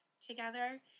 together